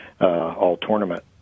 All-Tournament